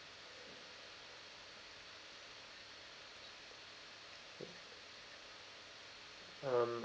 um